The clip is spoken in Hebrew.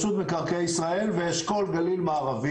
ציין את זה משה מקודם ואני רוצה מהצד שלי להדהד את